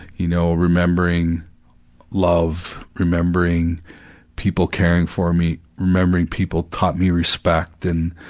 you know, remembering love, remembering people caring for me, remembering people taught me respect, and,